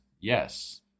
Yes